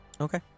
Okay